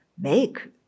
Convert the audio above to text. make